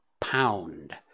pound